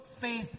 Faith